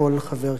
בבקשה.